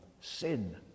sin